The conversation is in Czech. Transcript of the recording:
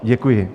Děkuji.